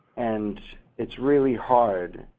and it's really hard,